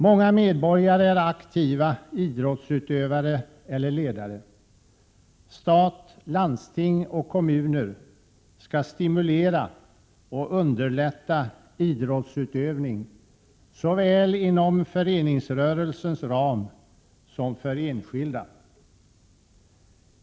Många medborgare är aktiva idrottsutövare eller ledare. Stat, landsting och kommuner skall stimulera och underlätta idrottsutövning såväl inom föreningsrörelsens ram som för enskilda.